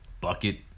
bucket